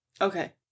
Okay